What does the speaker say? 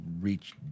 reach